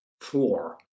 four